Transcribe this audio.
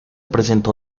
presentó